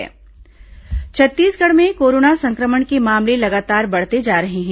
corona मरीज छत्तीसगढ़ में corona संक्रमण के मामले लगातार बढ़ते जा रहे हैं